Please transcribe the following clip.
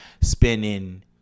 spending